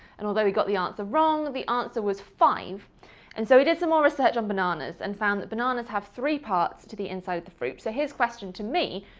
and although he got the answer wrong the answer was five and so he did some more research on bananas and found that bananas have three parts to the inside the fruit, so his question to me,